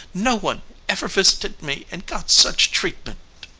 no one ever visited me and got such treatment.